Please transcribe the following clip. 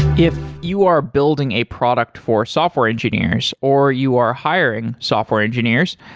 if you are building a product for software engineers or you are hiring software engineers,